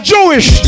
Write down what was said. Jewish